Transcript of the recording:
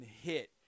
hit